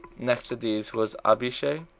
next to these was abishai,